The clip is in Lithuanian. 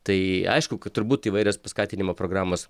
tai aišku kad turbūt įvairios paskatinimo programos